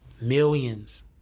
millions